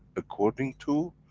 according to,